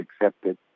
accepted